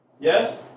Yes